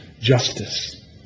justice